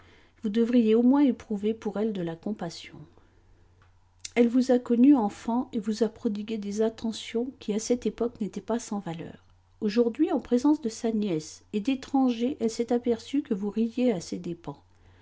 vous devriez au moins éprouver pour elle de la compassion elle vous a connue enfant et vous a prodigué des attentions qui à cette époque n'étaient pas sans valeur aujourd'hui en présence de sa nièce et d'étrangers elle s'est aperçue que vous riiez à ses dépens